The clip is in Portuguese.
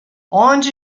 onde